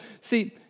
see